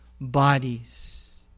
bodies